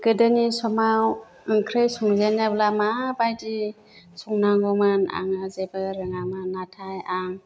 गोदोनि समाव ओंख्रि संजेनोब्ला माबादि संनांगौमोन आङो जेबो रोङामोन नाथाय आं